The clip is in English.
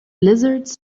lizards